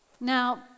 Now